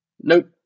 Nope